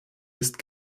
ist